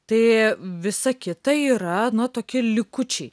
tai visa kita yra nu tokie likučiai